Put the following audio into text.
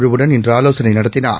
குழுவுடன் இன்று ஆலோசனை டத்தினார்